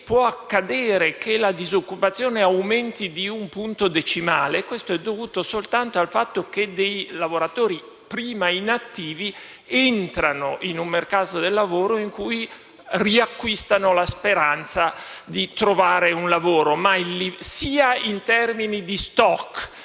in aumento, la disoccupazione aumenti di un punto decimale, ciò è dovuto soltanto al fatto che dei lavoratori prima inattivi entrano in un mercato del lavoro in cui riacquistano la speranza di trovare un’occupazione. Ma sia in termini di stock